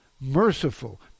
merciful